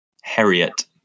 Harriet